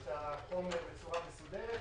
את החומר בצורה מסודרת.